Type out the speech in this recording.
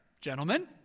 gentlemen